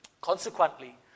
Consequently